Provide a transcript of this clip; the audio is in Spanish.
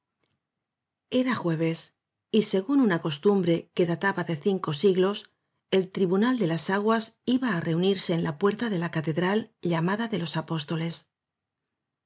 era jueves y según una costumbre que databa de cinco siglos el tribunal de las aguas iba á reunirse en la puerta de la catedral lla mada de los apóstoles